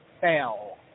fail